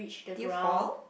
did you fall